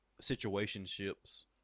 situationships